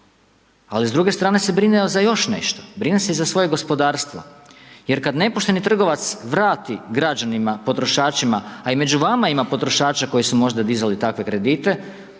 ali s druge strane se brine za još nešto, brine se i za svoje gospodarstvo jer kad nepošteni trgovac vrati građanima, potrošačima, a i među vama ima potrošača koji su možda dizali takve kredite,